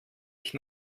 ich